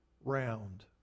round